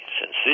sincere